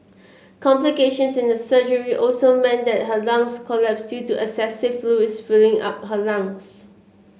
complications in the surgery also meant that her lungs collapsed due to excessive fluids filling up her lungs